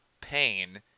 pain